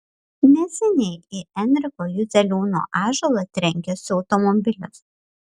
neseniai į enriko juzeliūno ąžuolą trenkėsi automobilis